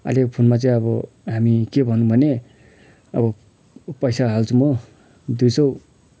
अहिलेको फोनमा चाहिँ अब हामी के भनौँ भने अब पैसा हाल्छौँ म दुई सौ